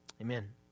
Amen